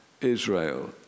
Israel